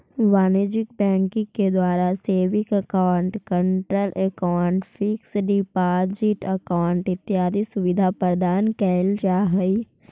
वाणिज्यिक बैंकिंग के द्वारा saving account, current account, fix deposit account इत्यादि सुविधा प्रदान कैल जा हइ